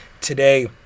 today